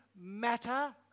matter